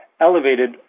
elevated